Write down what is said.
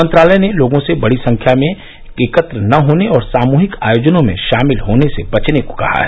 मंत्रालय ने लोगों से बड़ी संख्या में एकत्र न होने और सामूहिक आयोजनों में शामिल होने से बचने को कहा है